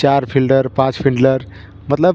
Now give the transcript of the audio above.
चार फील्डर पाँच फील्डलर मतलब